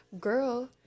girl